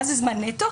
מהו זמן נטו?